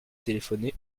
téléphoné